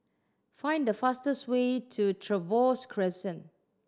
find the fastest way to Trevose Crescent